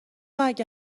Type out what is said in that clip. اگه